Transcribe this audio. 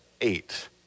eight